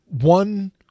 one